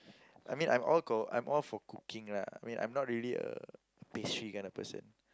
I mean I'm all I'm all for cooking lah I mean I'm not really a pastry kind of person